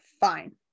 fine